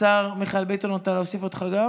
השר מיכאל ביטון, להוסיף גם אותך?